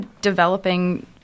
developing